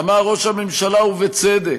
אמר ראש הממשלה, ובצדק,